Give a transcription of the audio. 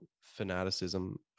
fanaticism